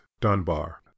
DUNBAR